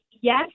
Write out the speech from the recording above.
Yes